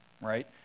right